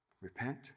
repent